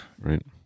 Right